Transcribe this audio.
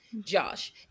Josh